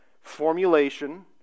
formulation